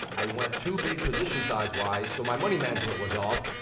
i went too big position size wise, so my money management was off,